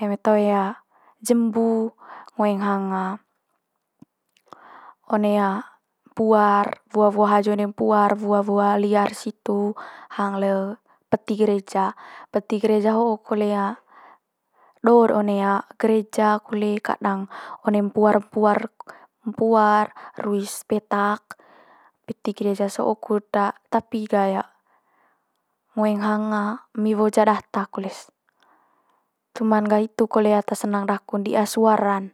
eme toe jembu, ngoeng hang one puar wua wua haju one puar, wua wua liar situ hang le peti gereja. Peti gereja ho kole do'r one gereja kole kadang one mpuar mpuar mpuar ruis petak. Peti gereja so'o kut tapi ga ngoeng hang emi woja data kole's. Cuma'n ga hitu kole ata senang daku'n dia'a suara'n